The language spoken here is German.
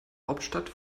hauptstadt